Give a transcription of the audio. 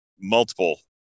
multiple